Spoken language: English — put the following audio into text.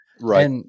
Right